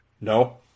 No